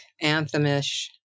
anthem-ish